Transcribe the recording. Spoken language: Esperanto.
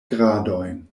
gradojn